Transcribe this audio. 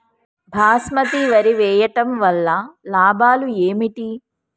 బాస్మతి వరి వేయటం వల్ల లాభాలు ఏమిటి?